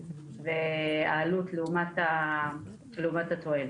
והעלות לעומת התועלת.